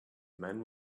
men